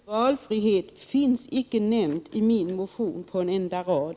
Herr talman! Ordet valfrihet finns inte nämnt i min motion på en enda rad.